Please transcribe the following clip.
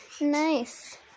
Nice